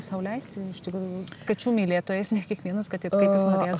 sau leisti iš tikrųjų kačių mylėtojas ne kiekvienas kad ir kaip jis norėt